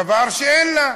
דבר שאין לה,